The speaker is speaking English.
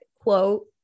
quote